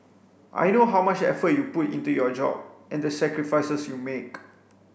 I know how much effort you put into your job and the sacrifices you make